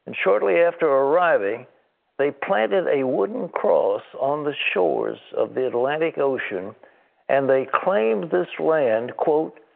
shortly after arriving they planted a wooden cross on the shores of the atlantic ocean and they claimed this land quote,